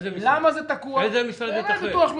איזה משרד?